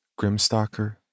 Grimstalker